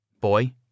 Boy